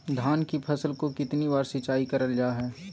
धान की फ़सल को कितना बार सिंचाई करल जा हाय?